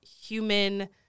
human